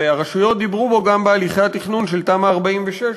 והרשויות דיברו בו גם בהליכי התכנון של תמ"א 46,